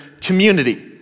community